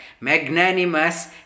Magnanimous